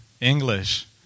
English